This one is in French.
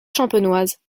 champenoise